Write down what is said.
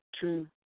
two